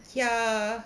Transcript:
ya